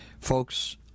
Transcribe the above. Folks